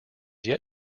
yet